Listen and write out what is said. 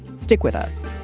stick with us